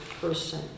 person